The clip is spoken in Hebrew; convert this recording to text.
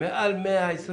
מעל 120 עובדים.